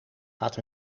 gaat